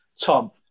Tom